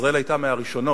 ישראל היתה מהראשונות